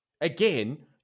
again